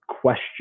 question